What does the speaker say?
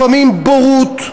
לפעמים בורות,